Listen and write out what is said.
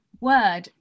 word